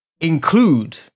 include